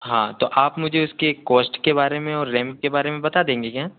हाँ तो आप उसकी एक कॉस्ट के बारे में और रैम के बारे में बता देंगे क्या